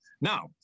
Now